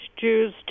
Jews